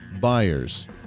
buyers